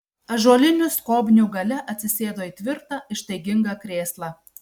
ąžuolinių skobnių gale atsisėdo į tvirtą ištaigingą krėslą